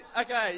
okay